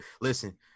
listen